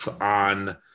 on